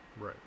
Right